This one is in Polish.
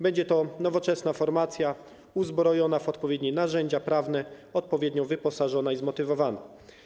Będzie to nowoczesna formacja uzbrojona w odpowiednie narzędzia prawne, odpowiednio wyposażona i zmotywowana.